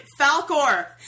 Falkor